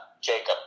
Jacob